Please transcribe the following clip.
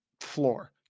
floor